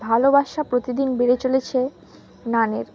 ভালোবাসা প্রতিদিন বেড়ে চলেছে নানের